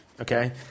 Okay